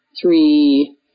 three